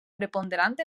preponderant